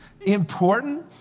important